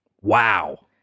Wow